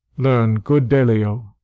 learn, good delio,